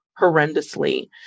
horrendously